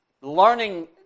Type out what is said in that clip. Learning